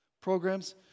programs